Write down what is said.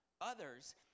Others